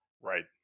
right